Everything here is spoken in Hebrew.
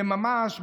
זה ממש,